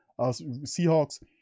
Seahawks